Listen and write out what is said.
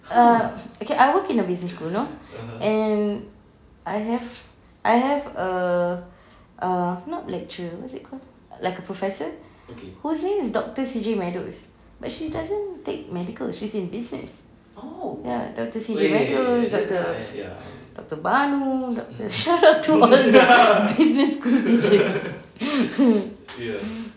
err okay I work in a business school you know and I have I have a err not lecturer what's it call like a professor whose name is doctor C J maddox but she doesn't take medical she's in business ya doctor C J maddox doctor banu doctor shout out to all the business school teachers